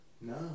No